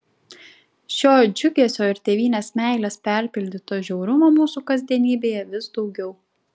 šio džiugesio ir tėvynės meilės perpildyto žiaurumo mūsų kasdienybėje vis daugiau